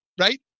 Right